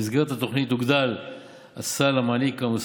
במסגרת התוכנית הוגדל הסל שמעניק המוסד